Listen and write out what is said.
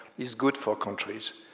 is good for countries.